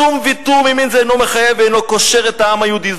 שום ויתור ממין זה אינו מחייב ואינו קושר את העם היהודי.